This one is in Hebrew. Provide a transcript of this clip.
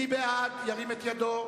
מי בעד, ירים את ידו.